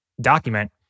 document